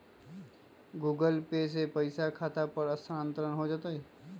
Google Pay से पईसा खाता पर स्थानानंतर हो जतई?